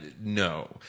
No